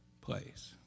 place